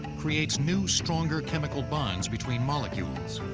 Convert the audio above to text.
creates new, stronger chemical bonds between molecules.